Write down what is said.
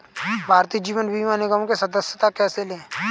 भारतीय जीवन बीमा निगम में सदस्यता कैसे लें?